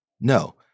no